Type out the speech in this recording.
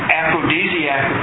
aphrodisiac